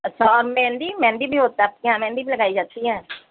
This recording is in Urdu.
اچھا اور مہندی مہندی بھی ہوتا ہے آپ کے یہاں مہندی بھی لگائی جاتی ہے